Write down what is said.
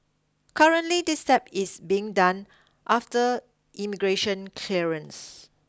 currently this step is being done after immigration clearance